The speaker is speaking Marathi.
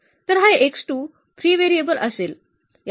तर हा फ्री व्हेरिएबल असेल